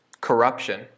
corruption